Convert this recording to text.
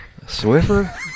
Swiffer